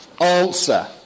answer